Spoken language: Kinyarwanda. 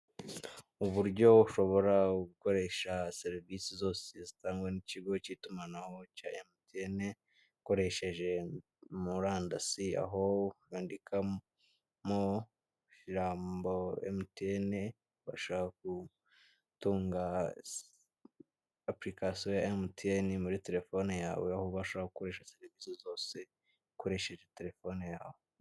Uburyo ushobora gukoresha serivisi zose zitangwa n'ikigo cy'itumanaho cya emutiyeni, ukoresheje murandasi aho wandikamo firambo emutiyeni bashaka gutunga apurikasiyo ya emutiyeni muri telefone yawe aho ubasha gukoresha selevizi zose ukoresheje telefone yawe.